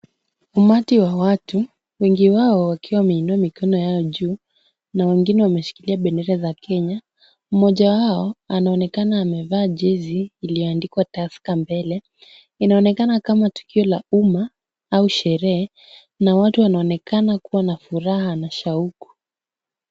Umati wa watu, wengi wao wakiwa wameinua mikono yao juu na wengine wameshikilia bendera za Kenya. Mmoja wao anaonekana amevaa jezi iliyoandikwa Tusker mbele. Inaonekana kama tukio la umma au sherehe na watu wanaonekana kuwa na furaha na shauku.